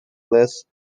less